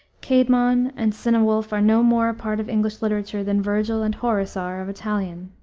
caedmon and cynewulf are no more a part of english literature than vergil and horace are of italian.